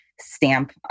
stamp